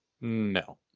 No